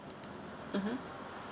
mmhmm